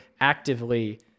actively